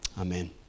Amen